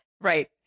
Right